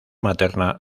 materna